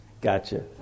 Gotcha